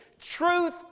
Truth